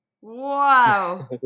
Wow